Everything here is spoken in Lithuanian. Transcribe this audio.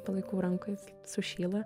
palaikau rankoj sušyla